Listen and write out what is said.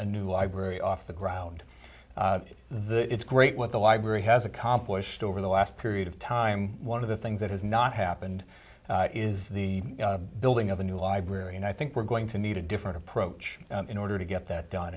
a new library off the ground the it's great with the library has accomplished over the last period of time one of the things that was not happy and it is the building of the new library and i think we're going to need a different approach in order to get that done